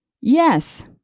Yes